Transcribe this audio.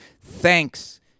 Thanks